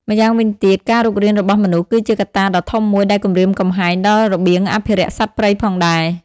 ម្យ៉ាងវិញទៀតការរុករានរបស់មនុស្សគឺជាកត្តាដ៏ធំមួយដែលគំរាមកំហែងដល់របៀងអភិរក្សសត្វព្រៃផងដែរ។